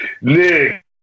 Nick